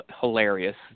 hilarious